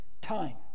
time